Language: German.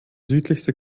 südlichste